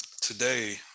today